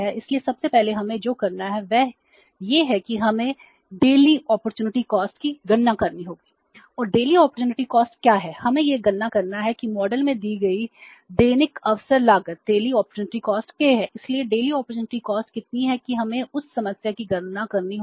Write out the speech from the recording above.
इसलिए सबसे पहले हमें जो करना है वह यह है कि हमें डेल्ही अपॉर्चुनिटी कॉस्ट की गणना करनी होगी